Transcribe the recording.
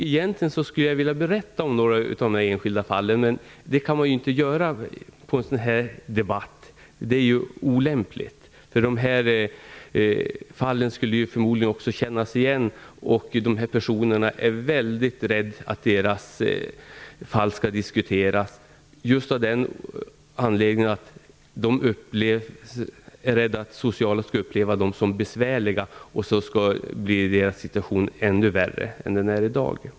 Egentligen skulle jag vilja berätta om några av dem, men det kan jag inte göra i en sådan här debatt. Det är olämpligt. De här fallen skulle förmodligen gå att känna igen. De här personerna är mycket rädda för att deras fall skall diskuteras just av den anledningen att de är rädda för att socialen skall uppleva dem som besvärliga och att deras situation därigenom skulle bli ännu värre än vad den är i dag.